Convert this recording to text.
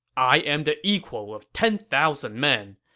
i am the equal of ten thousand men,